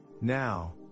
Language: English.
Now